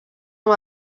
amb